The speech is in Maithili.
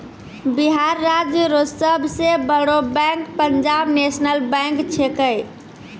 बिहार राज्य रो सब से बड़ो बैंक पंजाब नेशनल बैंक छैकै